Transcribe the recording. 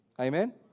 Amen